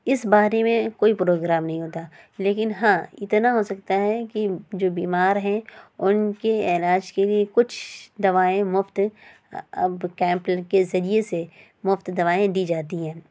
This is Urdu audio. اس بارے میں کوئی پروگرام نہیں ہوتا لیکن ہاں اتنا ہو سکتا ہے کہ جو بیمار ہیں ان کے علاج کے لیے کچھ دوائیں مفت اب کیمپ کے ذریعہ سے مفت دوائیں دی جاتی ہیں